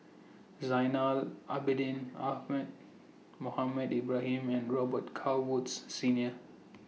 Zainal Abidin Ahmad Mohamed Ibrahim and Robet Carr Woods Senior